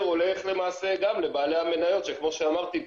הולך למעשה גם לבעלי המניות שכמו שאמרתי,